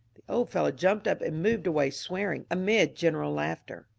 the old fellow jumped up and moved away swearing, amid general laughter.